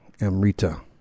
amrita